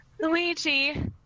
Luigi